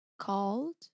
called